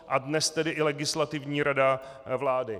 A dnes tedy i Legislativní rada vlády.